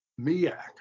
Miak